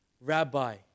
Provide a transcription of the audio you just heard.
rabbi